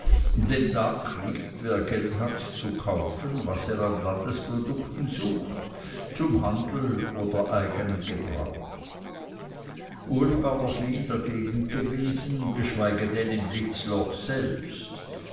denn da kriegt wer geld hat zu kaufen was er an landesprodukten sucht zum handel oder eignen gebrauch uli war noch nie in der gegend gewesen geschweige denn im blitzloch selbst